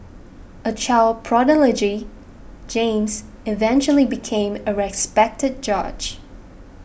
a child prodigy James eventually became a respected judge